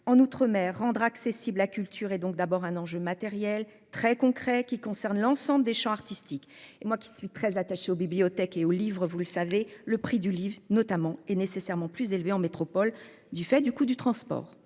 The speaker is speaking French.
en outre-mer rendre accessible la culture et donc d'abord un enjeu matériel très concrets qui concernent l'ensemble des champs artistiques et moi qui suis très attaché aux bibliothèques et aux livres, vous le savez, le prix du livre notamment est nécessairement plus élevé en métropole du fait du coût du transport